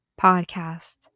Podcast